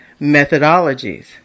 methodologies